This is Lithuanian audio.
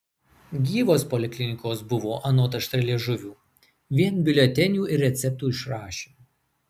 gyvos poliklinikos buvo anot aštrialiežuvių vien biuletenių ir receptų išrašymu